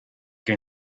che